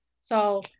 So-